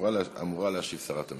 אמורה להשיב שרת המשפטים.